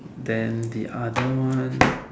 then the other one